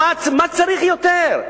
מה צריך יותר?